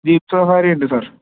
jeep safari ഉണ്ട് sir